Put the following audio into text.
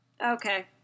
Okay